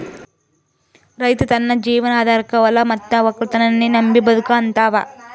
ರೈತ್ ತನ್ನ ಜೀವನ್ ಆಧಾರಕಾ ಹೊಲಾ ಮತ್ತ್ ವಕ್ಕಲತನನ್ನೇ ನಂಬಿ ಬದುಕಹಂತಾವ